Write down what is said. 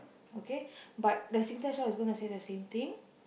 okay but the Singtel shop gonna say the same thing